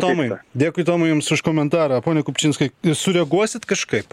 tomai dėkui tomai jums už komentarą pone kupčinskai sureaguosit kažkaip